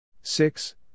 Six